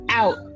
out